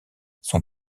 sont